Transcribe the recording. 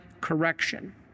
correction